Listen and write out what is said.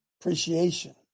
Appreciation